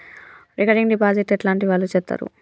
Recurring deposit ఎట్లాంటి వాళ్లు చేత్తరు?